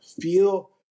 feel